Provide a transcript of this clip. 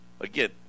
Again